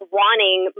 wanting